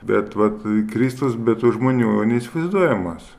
bet vat a kristus be tų žmonių neįsivaizduojamas